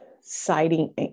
citing